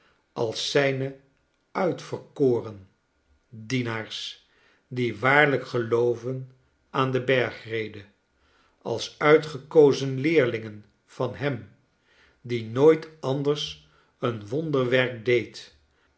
als zijne uitverkoren dienaars die waarlijk gelooven aan de bergrede als uitgekozen leerlingen van hem die nooit anders een wonderwerk deed